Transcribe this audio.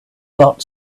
got